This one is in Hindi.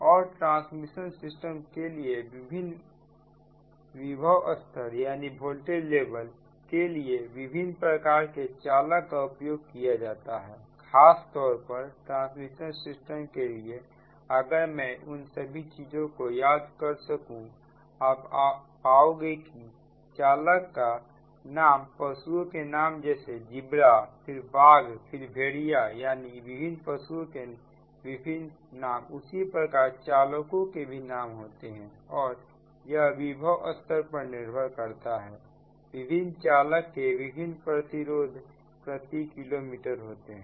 और ट्रांसमिशन सिस्टम के लिए विभिन्न विभव स्तर के लिए विभिन्न प्रकार के चालक का उपयोग किया जाता है खास तौर पर ट्रांसमिशन सिस्टम के लिए अगर मैं उन सभी चीजों को याद कर सकूं आप आओगे कि चालक का नाम पशुओं के नाम जैसे जिब्रा फिर बाघ फिर भेड़िया यानी विभिन्न पशुओं के विभिन्न नाम उसी प्रकार चालकों के भी नाम होते हैं और यह विभव स्तर पर निर्भर करता है विभिन्न चालक के विभिन्न प्रतिरोध प्रति किलोमीटर होते हैं